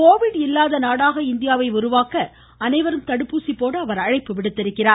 Covid இல்லாத நாடாக இந்தியாவை உருவாக்க அனைவரும் தடுப்பூசி போட அவர் அழைப்பு விடுத்துள்ளார்